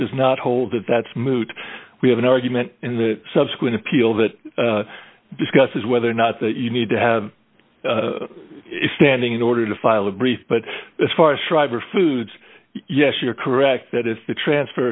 does not hold that that's moot we have an argument in the subsequent appeal that discusses whether or not that you need to have standing in order to file a brief but as far as driver foods yes you're correct that if the transfer